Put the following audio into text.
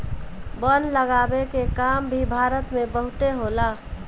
वन लगावे के काम भी भारत में बहुते होला